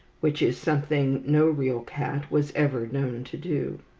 which is something no real cat was ever known to do.